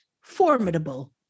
formidable